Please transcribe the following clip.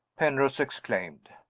penrose exclaimed.